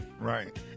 Right